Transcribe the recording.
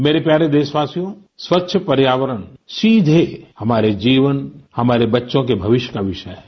मेरे प्यारे देशवासियों स्वच्छ पर्यावरण सीधे हमारे जीवन हमारे बच्चों के भविष्य का विषय है